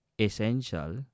essential